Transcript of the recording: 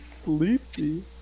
Sleepy